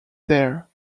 there